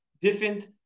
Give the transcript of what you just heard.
different